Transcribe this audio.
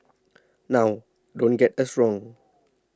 now don't get us wrong